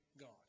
God